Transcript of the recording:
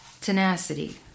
Tenacity